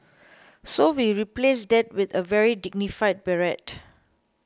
so we replaced that with a very dignified beret